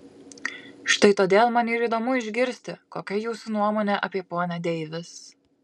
štai todėl man ir įdomu išgirsti kokia jūsų nuomonė apie ponią deivis